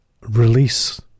release